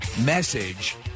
message